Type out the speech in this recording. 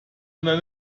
unter